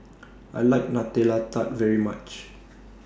I like Nutella Tart very much